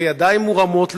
וידיים מורמות למעלה,